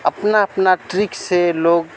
अपना अपना ट्रिक से लोग